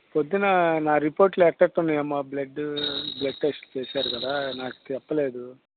ప్రొద్దున నా రిపోర్ట్లో ఎలా ఎలా ఉన్నాయి అమ్మా బ్లడ్డు బ్లడ్ టెస్ట్ చేసారు కదా నాకు చెప్పలేదు